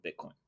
Bitcoin